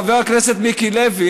חבר הכנסת מיקי לוי,